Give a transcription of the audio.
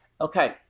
Okay